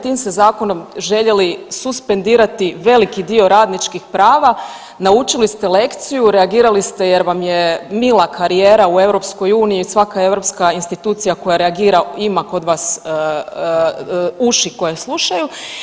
Tim ste zakonom željeli suspendirati veliki dio radničkih prava, naučili ste lekciju, reagirali ste jer vam je mila karijera u EU, svaka europska institucija koja reagira ima kod vas uši koje slušaju.